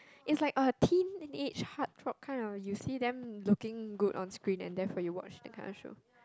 it's like a teenage heartthrob kind of you see them looking good on screen and therefore you watch that kind of show